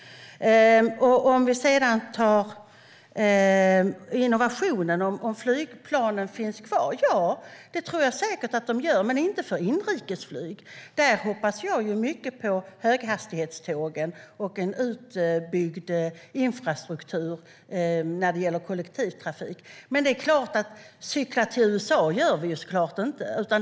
Låt oss sedan titta på frågan om innovationer och om flygplan kommer att finnas kvar. Ja, det tror jag säkert att de kommer att göra, men inte för inrikesflyg. Där hoppas jag mycket på höghastighetstågen och en utbyggd infrastruktur när det gäller kollektivtrafik. Cykla till USA gör vi såklart inte.